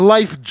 Life